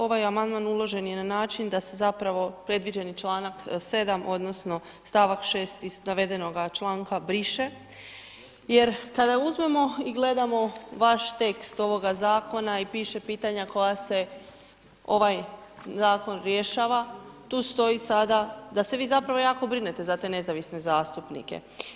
Ovaj amandman uložen je na način da se zapravo predviđeni članak 7. odnosno stavak 6. iz navedenoga članka briše jer kada uzmemo i gledamo vaš tekst ovoga zakona i piše pitanja koja se ovaj zakon rješava, tu stoji sada da se vi zapravo jako brinete za te nezavisne zastupnike.